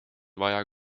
vaja